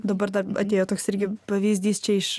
dabar atėjo toks irgi pavyzdys čia iš